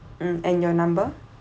mm and your number